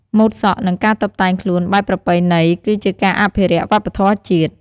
ម៉ូតសក់និងការតុបតែងខ្លួនបែបប្រពៃណីគឺជាការអភិរក្សវប្បធម៌ជាតិ។